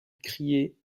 crier